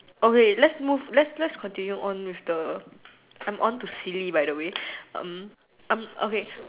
okay let's move let's let's continue on with the I'm on to silly by the way um um okay